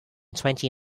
twenty